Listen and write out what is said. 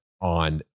on